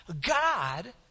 God